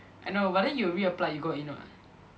I know but then you reapplied you got in [what]